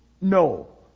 no